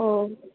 oh